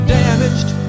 damaged